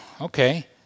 okay